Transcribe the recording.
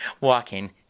walking